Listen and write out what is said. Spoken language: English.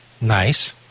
Nice